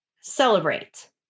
celebrate